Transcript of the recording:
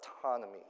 autonomy